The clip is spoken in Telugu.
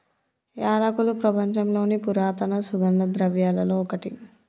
యాలకులు ప్రపంచంలోని పురాతన సుగంధ ద్రవ్యలలో ఒకటి